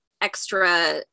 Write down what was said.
extra